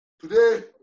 Today